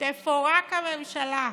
תפורק הממשלה.